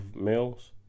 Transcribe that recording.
males